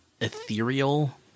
ethereal